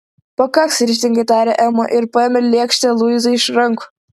pakaks ryžtingai tarė ema ir paėmė lėkštę luizai iš rankų